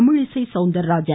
Tamilisai Soundararajan